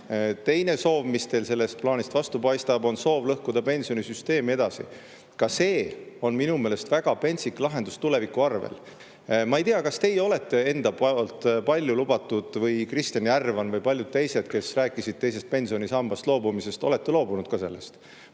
Teine soov, mis teil sellest plaanist paistab, on soov edasi lõhkuda pensionisüsteemi. Ka see on minu meelest väga pentsik lahendus tuleviku arvel. Ma ei tea, kas teie või Kristjan Järvan või paljud teised, kes rääkisid teisest pensionisambast loobumisest, olete loobunud sellest,